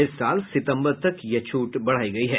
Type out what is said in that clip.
इस साल सितंबर तक यह छूट बढ़ाई गई है